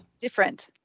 different